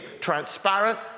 transparent